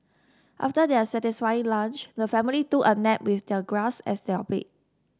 after their satisfying lunch the family took a nap with the grass as their bed